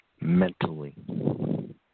mentally